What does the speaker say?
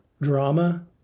drama